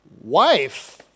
wife